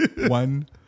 one